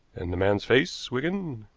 and the man's face, wigan?